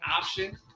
option